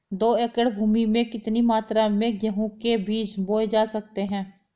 दो एकड़ भूमि में कितनी मात्रा में गेहूँ के बीज बोये जा सकते हैं?